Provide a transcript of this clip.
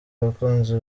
abakunzi